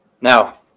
Now